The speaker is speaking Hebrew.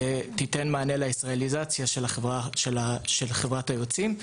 שתיתן מענה לישראליזציה של חברת היוצאים,